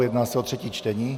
Jedná se o třetí čtení.